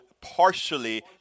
partially